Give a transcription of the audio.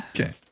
Okay